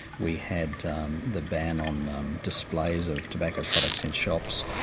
we had the ban on displays of tobacco products in shops,